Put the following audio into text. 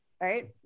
right